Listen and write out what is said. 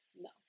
no